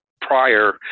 prior